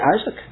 Isaac